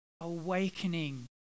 awakening